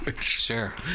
sure